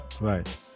Right